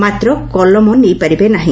ମାତ୍ର କଲମ ନେଇପାରିବେ ନାହି